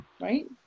Right